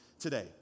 Today